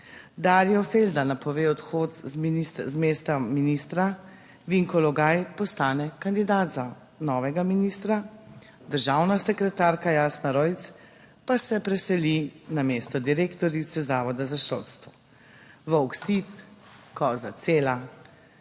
Darjo Felda napove odhod z mesta ministra, Vinko Logaj postane kandidat za novega ministra, državna sekretarka Jasna Rojc pa se preseli na mesto direktorice Zavoda za šolstvo. "Volk sit, koza cela.",